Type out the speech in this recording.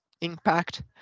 impact